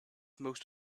most